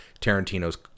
Tarantino's